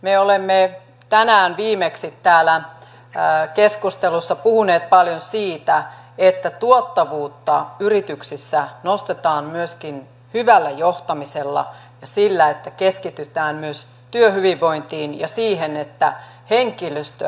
me olemme tänään viimeksi täällä keskustelussa puhuneet paljon siitä että tuottavuutta yrityksissä nostetaan myöskin hyvällä johtamisella ja sillä että keskitytään myös työhyvinvointiin ja siihen että henkilöstö